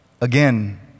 again